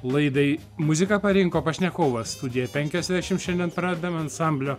laidai muziką parinko pašnekovas studiją penkiasdešim šiandien pradedam ansamblio